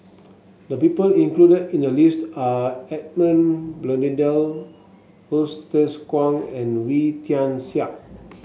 the people included in the list are Edmund Blundell Hsu Tse Kwang and Wee Tian Siak